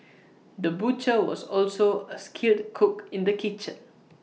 the butcher was also A skilled cook in the kitchen